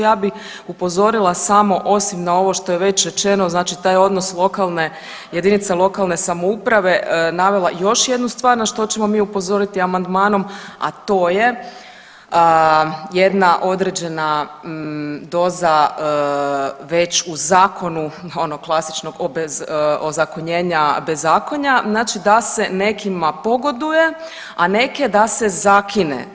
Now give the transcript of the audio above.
Ja bi upozorila samo osim na ovo što je već rečeno, znači taj odnos lokalne, jedinica lokalne samouprave navela još jednu stvar na što ćemo mi upozoriti amandmanom, a to je jedna određena doza već u zakonu onog klasičnog ozakonjenja bezakonja, znači da se nekima pogoduje, a neke da se zakine.